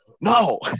No